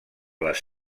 les